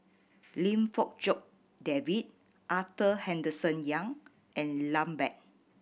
Lim Fong Jock David Arthur Henderson Young and Lambert